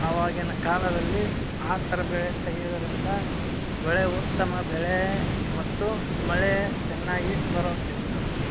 ಅವಾಗಿನ ಕಾಲದಲ್ಲಿ ಆ ಥರ ಬೆಳೆ ತೆಗೆಯೋದರಿಂದ ಬೆಳೆ ಉತ್ತಮ ಬೆಳೆ ಮತ್ತು ಮಳೆ ಚೆನ್ನಾಗಿ ಬರುತ್ತಿತ್ತು